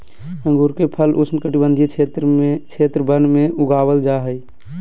अंगूर के फल उष्णकटिबंधीय क्षेत्र वन में उगाबल जा हइ